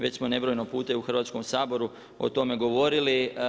Već smo nebrojeno puta i u Hrvatskom saboru o tome govorili.